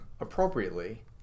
appropriately